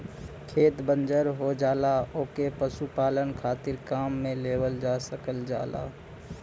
खेत बंजर हो जाला ओके पशुपालन खातिर काम में लेवल जा सकल जाला